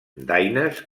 daines